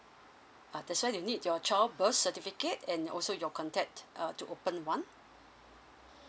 ah that's why you need your child birth certificate and also your contact uh to open one